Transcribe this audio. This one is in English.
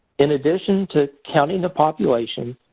in addition to counting the population,